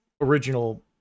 original